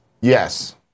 Yes